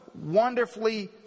Wonderfully